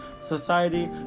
society